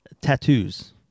tattoos